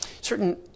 Certain